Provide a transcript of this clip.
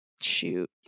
shoot